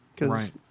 Right